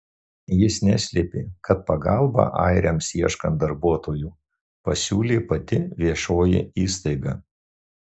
jis neslėpė kad pagalbą airiams ieškant darbuotojų pasiūlė pati viešoji įstaiga